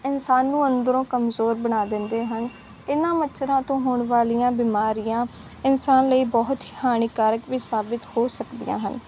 ਇਨਸਾਨ ਨੂੰ ਅੰਦਰੋਂ ਕਮਜ਼ੋਰ ਬਣਾ ਦਿੰਦੇ ਹਨ ਇਹਨਾਂ ਮੱਛਰਾਂ ਤੋਂ ਹੋਣ ਵਾਲੀਆਂ ਬਿਮਾਰੀਆਂ ਇਨਸਾਨ ਲਈ ਬਹੁਤ ਹੀ ਹਾਨੀਕਾਰਕ ਵੀ ਸਾਬਿਤ ਹੋ ਸਕਦੀਆਂ ਹਨ